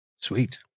Sweet